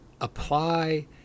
apply